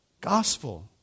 gospel